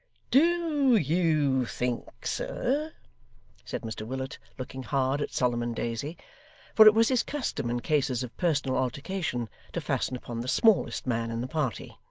do you think, sir said mr willet, looking hard at solomon daisy for it was his custom in cases of personal altercation to fasten upon the smallest man in the party